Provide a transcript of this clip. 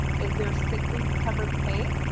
is their sick leave cover paid?